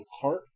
cart